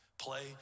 Play